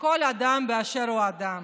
של כל אדם באשר הוא אדם.